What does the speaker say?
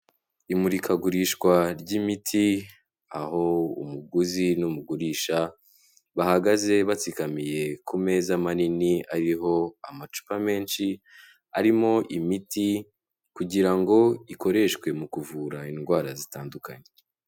Imurikagurishwa ry'imiti aho umuguzi n'umugurisha, bahagaze batsikamiye ku meza manini ariho amacupa menshi, arimo imiti kugira ngo ikoreshwe mu kuvura indwara zitandukanye.